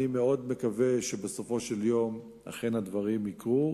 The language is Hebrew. אני מאוד מקווה שבסופו של יום הדברים אכן יקרו,